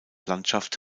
landschaft